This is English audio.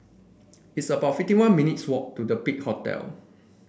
it's about fifty one minutes' walk to Big Hotel